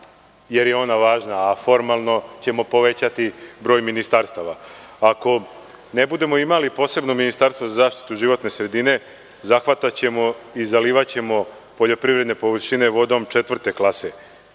jer je ona važna, a formalno ćemo povećati broj ministarstava. Ako ne budemo imali posebno ministarstvo za zaštitu životne sredine, zahvataćemo i zalivaćemo poljoprivredne površine vodom četvrte klase.